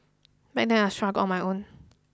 back then I struggled on my own